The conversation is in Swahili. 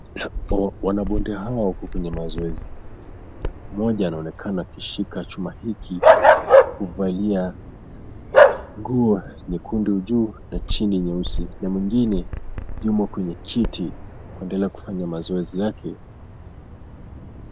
Wanabonde hawa wako kwenye mazoezi. Mmoja anaonekana akishika chuma hiki, kuvalia nguo nyekundu juu na chini nyeusi na mwingine yumo kwenye kiti kuendelea kufanya mazoezi yake.